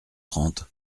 trente